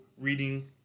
reading